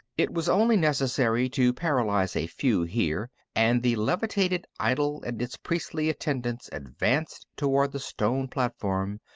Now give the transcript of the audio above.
it was only necessary to paralyze a few here, and the levitated idol and its priestly attendants advanced toward the stone platform,